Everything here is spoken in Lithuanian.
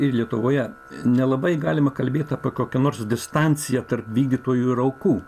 ir lietuvoje nelabai galima kalbėti apie kokią nors distanciją tarp vykdytojų ir aukų